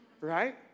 right